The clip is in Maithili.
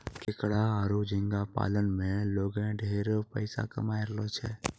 केकड़ा आरो झींगा पालन में लोगें ढेरे पइसा कमाय रहलो छै